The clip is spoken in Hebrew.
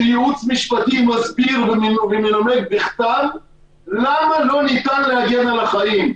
שייעוץ משפטי מסביר ומנמק בכתב למה לא ניתן להגן על החיים.